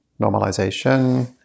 normalization